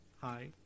Hi